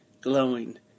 glowing